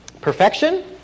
Perfection